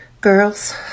girls